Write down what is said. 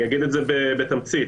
בתמצית